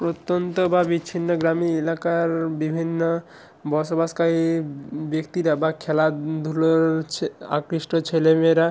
প্রত্যন্ত বা বিচ্ছিন্ন গ্রামীণ এলাকার বিভিন্ন বসবাসকায়ী ব্যক্তিরা বা খেলাধুলোয় আকৃষ্ট ছেলে মেয়েরা